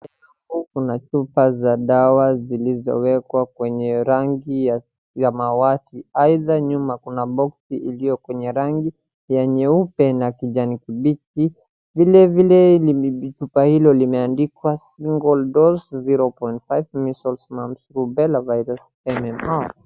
Mbele kuna chupa za dawa ziliwekwa kwenye rangi ya samawati, aidha nyuma kuna boksi iliyo kwenye rangi ya nyeupe na kijani kibichi, vilevile chupa hilo limeandikwa single dose,0.5 measles ,mumps, rubella virus MMR .